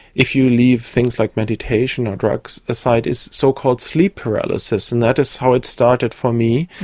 if you leave things like meditation or drugs aside, is so-called sleep paralysis, and that is how it started for me.